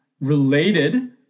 related